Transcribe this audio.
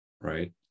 right